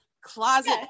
closet